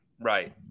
right